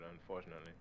unfortunately